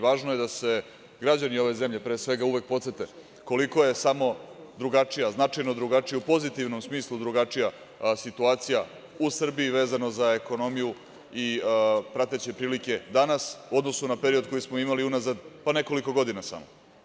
Važno je da se građani ove zemlje pre svega uvek podsete koliko je samo drugačija, značajno drugačija, u pozitivnom smislu, drugačija situacija u Srbiji, vezano za ekonomiju i prateće prilike danas, u odnosu na period koji smo imali unazad, pa, nekoliko godina samo.